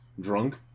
drunk